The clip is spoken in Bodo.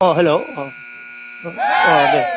uh hello uh uh Day